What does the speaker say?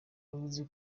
yavuze